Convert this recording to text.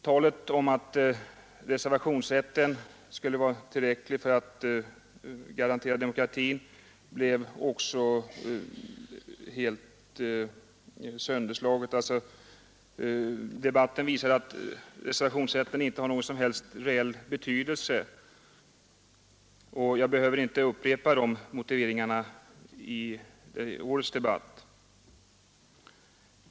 Talet om att reservationsrätten skulle vara tillräcklig för att garantera demokratin blev också helt sönderslaget. Debatten visade att reservationsrätten inte har någon som helst reell betydelse. Jag behöver inte upprepa motiveringarna i årets debatt.